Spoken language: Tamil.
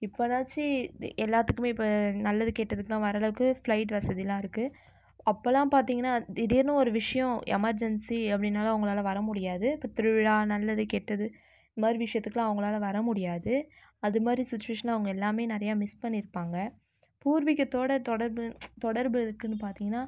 இப்போனாச்சி எல்லாத்துக்குமே இப்போ நல்லது கெட்டதுக்குலாம் வர அளவுக்கு ஃப்லைட் வசதிலாம் இருக்குது அப்பலாம் பார்த்திங்னா திடீர்னு ஒரு விஷ்யோம் எமர்ஜென்ஸி அப்படினாலும் அவங்களால வர முடியாது இப்போ திருவிழா நல்லது கெட்டது இது மாதிரி விஷியத்துக்குலாம் அவங்களால வர முடியாது அது மாதிரி சுச்வேஷன்ல அவங்க எல்லாமே நிறைய மிஸ் பண்ணிருப்பாங்கள் பூர்வீகத்தோட தொடர்பு தொடர்பு இருக்குதுனு பார்த்திங்னா